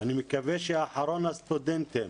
אני מקווה שאחרון הסטודנטים